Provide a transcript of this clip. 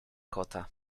kota